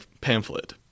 pamphlet